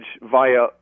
via